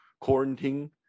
quarantine